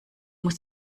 muss